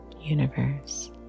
Universe